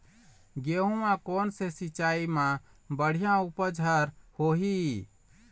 गेहूं म कोन से सिचाई म बड़िया उपज हर होही?